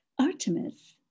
Artemis